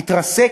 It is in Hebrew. מתרסק,